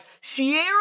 Sierra